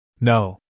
No